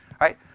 right